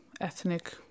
ethnic